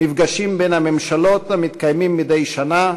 מפגשים בין הממשלות המתקיימים מדי שנה,